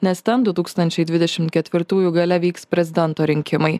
nes ten du tūkstančiai dvidešimt ketvirtųjų gale vyks prezidento rinkimai